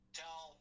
tell